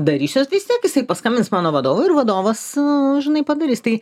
darysiuos vistiek jisai paskambins mano vadovui ir vadovas nu žinai padarys tai